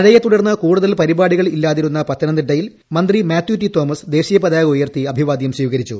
മഴയെത്തുടർന്ന് കൂടുതൽ പരിപാടികൾ ഇല്ലാതിരുന്ന പത്തനംതിട്ടയിൽ മന്ത്രി മാത്യു ടി തോമസ് ദേശീയ പതാക ഉയർത്തി അഭിവാദ്യം സ്ഥീകരിച്ചു